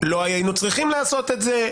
לא היינו צריכים לעשות את זה,